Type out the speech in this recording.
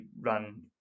run